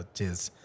Cheers